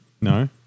no